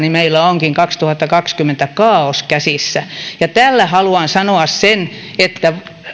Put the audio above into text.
meillä onkin vuonna kaksituhattakaksikymmentä kaaos käsissä tällä haluan sanoa sen että